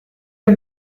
est